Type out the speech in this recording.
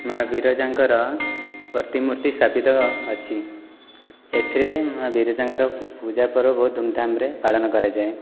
ମା' ବିରଜାଙ୍କର ପ୍ରତିମୂର୍ତ୍ତି ସ୍ଥାପିତ ଅଛି ଏଥିରେ ମା' ବିରଜାଙ୍କର ପୂଜାପର୍ବ ଧୂମଧାମରେ ପାଳନ କରାଯାଏ